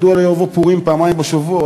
מדוע לא יבוא פורים פעמיים בשבוע,